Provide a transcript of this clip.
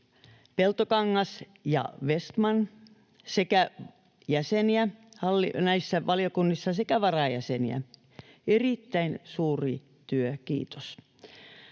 Peltokangas ja Vestman sekä jäseniä näissä valiokunnissa sekä varajäseniä. Erittäin suuri työ — kiitos.